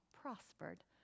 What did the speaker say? prospered